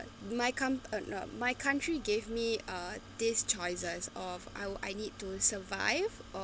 my con~ uh not my country gave me uh these choices of I will I need to survive